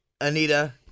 Anita